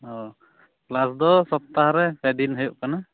ᱚ ᱠᱮᱞᱟᱥ ᱫᱚ ᱥᱚᱯᱛᱟᱦᱚ ᱨᱮ ᱯᱮ ᱫᱤᱱ ᱦᱩᱭᱩᱜ ᱠᱟᱱᱟ